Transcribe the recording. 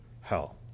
hell